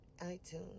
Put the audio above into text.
iTunes